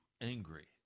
angry